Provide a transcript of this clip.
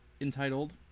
entitled